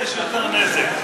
מתי יש יותר נזק,